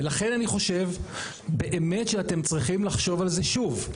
ולכן אני חושב באמת שאתם צריכים לחשוב על זה שוב.